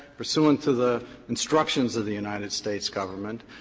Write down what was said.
pursuant to the instructions of the united states government,